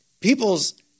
People's